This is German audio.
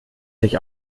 sich